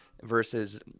versus